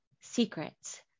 secrets